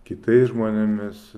kitais žmonėmis